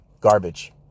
Garbage